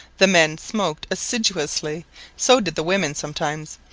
the men smoked assiduously so did the women sometimes.